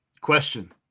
Question